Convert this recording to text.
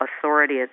authority